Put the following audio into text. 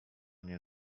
nie